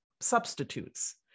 substitutes